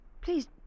please